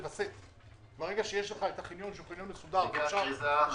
מסודר ואנשים יכולים לשהות בחניון אז יש לך אפשרות לווסת.